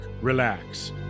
relax